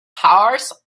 horse